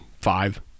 five